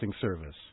Service